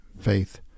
faith